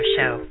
Show